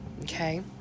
Okay